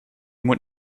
moet